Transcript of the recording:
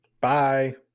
Bye